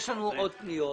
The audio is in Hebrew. יש לנו עוד פניות.